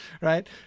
right